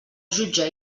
jutge